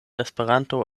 esperanto